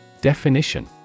Definition